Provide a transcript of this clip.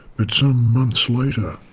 but some months later